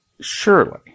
Surely